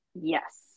Yes